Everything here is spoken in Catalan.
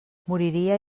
moriria